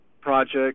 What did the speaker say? project